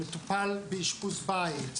מטופל באשפוז בית,